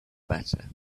better